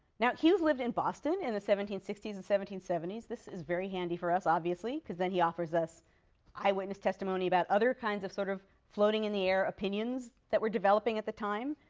now hughes lived in boston in the seventeen sixty s and seventeen seventy s. this is very handy for us obviously, because then he offers us eyewitness testimony about other kinds of sort of floating-in-the-air opinions that were developing at the time.